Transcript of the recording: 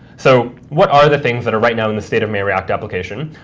so what are the things that are right now in the state of my react application?